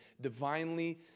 divinely